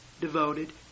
Devoted